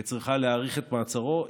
וצריכה להאריך את מעצרו,